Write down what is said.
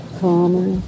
calmer